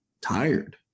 tired